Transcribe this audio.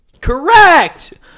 Correct